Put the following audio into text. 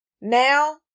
now